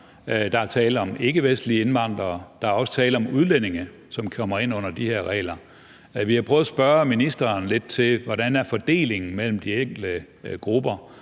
der er tale om ikkevestlige indvandrere, og der er også tale om udlændinge, som kommer ind under de her regler. Vi har prøvet at spørge ministeren lidt til, hvordan fordelingen mellem de enkelte grupper